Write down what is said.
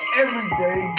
everyday